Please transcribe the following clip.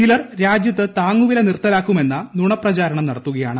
ചിലർ രാജ്യത്ത് താങ്ങുവില നിർത്തലാക്കുമെന്ന നുണപ്രചരണം നടത്തുകയാണ്